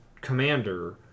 commander